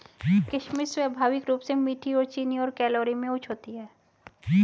किशमिश स्वाभाविक रूप से मीठी और चीनी और कैलोरी में उच्च होती है